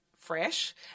fresh